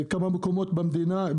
זה בכמה מקומות במדינה,